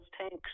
tanks